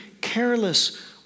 careless